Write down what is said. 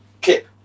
kip